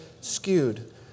skewed